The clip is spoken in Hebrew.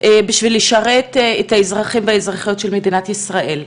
בשביל לשרת את האזרחים והאזרחיות של מדינת ישראל.